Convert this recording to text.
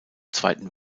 zweiten